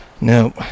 Nope